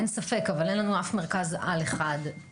כן, אין ספק, אבל אין לנו אף מרכז על אחד בצפון,